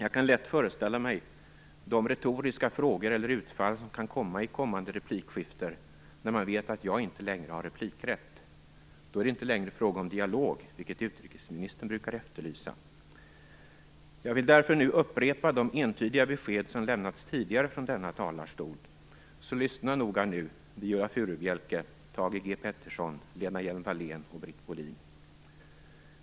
Jag kan lätt föreställa mig de retoriska frågor eller utfall som kan komma i kommande replikskiften, när man vet att jag inte längre har replikrätt. Då är det inte längre fråga om dialog, vilket utrikesministern brukar efterlysa. Jag vill därför upprepa de entydiga besked som lämnats tidigare från denna talarstol. Lyssna noga nu Viola Furubjelke, Bohlin!